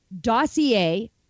dossier